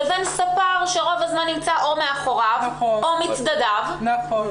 לבין ספר שרוב הזמן נמצא מאחורי הלקוח או מצדדיו של הלקוח.